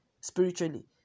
spiritually